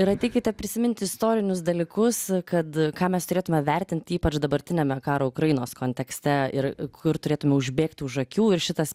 ir ateikite prisiminti istorinius dalykus kad ką mes turėtume vertinti ypač dabartiniame karo ukrainos kontekste ir kur turėtume užbėgti už akių ir šitas